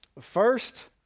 First